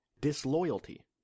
disloyalty